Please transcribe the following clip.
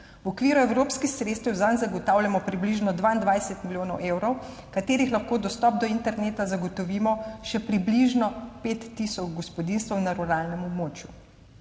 V okviru evropskih sredstev zanj zagotavljamo približno 22 milijonov evrov, s katerimi lahko dostop do interneta zagotovimo še približno pet tisoč gospodinjstvom na ruralnem območju.